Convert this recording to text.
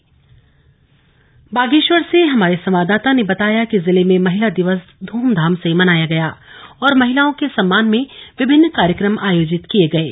अंतर्राश्ट्रीय महिला दिवस बागेश्वर से हमारे संवाददाता ने बताया कि जिले में महिला दिवस ध्रमधाम से मनाया गया और महिलाओं के सम्मान में विभिन्न कार्यक्रम आयोजित किये गये